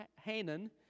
Hanan